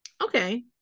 Okay